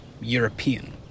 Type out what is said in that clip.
European